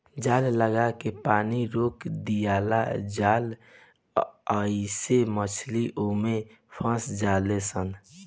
जाल लागा के पानी रोक दियाला जाला आइसे मछली ओमे फस जाली सन